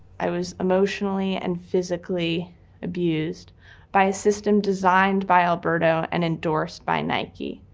i was emotionally and physically abused by a system designed by alberto and endorsed by nike.